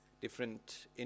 different